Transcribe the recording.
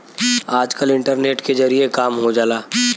आजकल इन्टरनेट के जरिए काम हो जाला